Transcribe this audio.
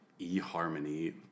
eHarmony